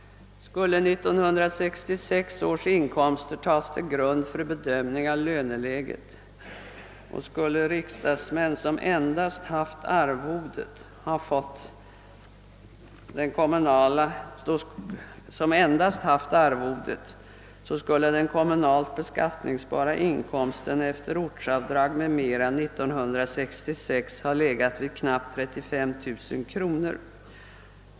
Skulle 1966 års inkomster läggas till grund för en bedömning av löneläget skulle, för riksdagsmän som endast haft riksdagsarvodet, den kommunalt beskattningsbara inkomsten efter ortsavdrag m.m. ha legat vid knappt 35 000 kronor.